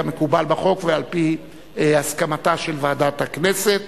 כמקובל בחוק ועל-פי הסכמתה של ועדת הכנסת.